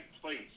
place